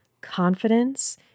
confidence